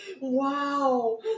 Wow